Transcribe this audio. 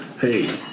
Hey